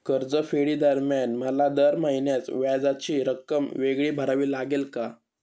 कर्जफेडीदरम्यान मला दर महिन्यास व्याजाची रक्कम वेगळी भरावी लागेल का?